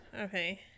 Okay